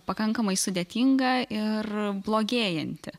pakankamai sudėtinga ir blogėjanti